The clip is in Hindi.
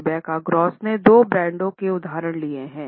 रेबेका ग्रॉस ने दो ब्रांडों के उदाहरण लिया है